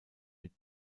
mit